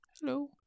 Hello